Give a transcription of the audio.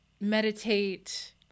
Meditate